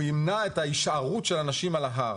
שימנע את ההישארות של אנשים על ההר.